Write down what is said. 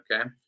okay